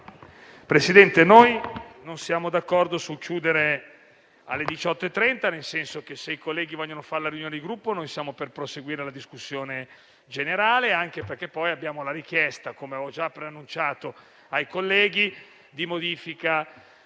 Presidente, non siamo d'accordo sul chiudere alle 18,30. Se i colleghi vogliono fare la riunione di Gruppo, noi siamo per proseguire la discussione generale, anche perché poi abbiamo la richiesta - come ho già preannunciato ai colleghi - di modifica